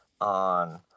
on